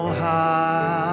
high